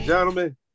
Gentlemen